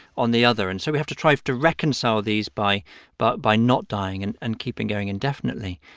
on the other. and so we have to try to reconcile these by but by not dying and and keeping going indefinitely.